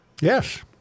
Yes